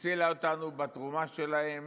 הצילה אותנו בתרומה שלהם